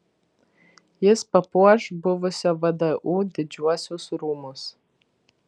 jis papuoš buvusio vdu didžiuosius rūmus